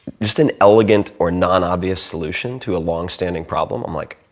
just an elegant or non-obvious solution to a longstanding problem, i'm like,